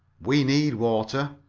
we need water.